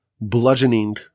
bludgeoning